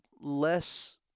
less